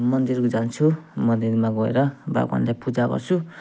मन्दिर जान्छु मन्दिरमा गएर भगवानलाई पूजा गर्छु